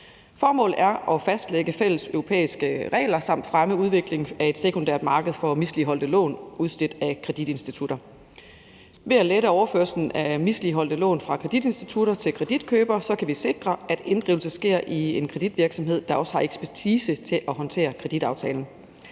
Formålet er at fastlægge fælles europæiske regler samt fremme udviklingen af et sekundært marked for misligholdte lån udstedt af kreditinstitutter. Ved at lette overførslen af misligholdte lån fra kreditinstitutter til kreditkøbere kan vi sikre, at inddrivelse sker i en kreditvirksomhed, der også har ekspertise til at håndtere kreditaftalen.